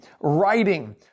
writing